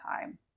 time